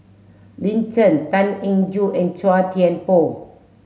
Lin Chen Tan Eng Joo and Chua Thian Poh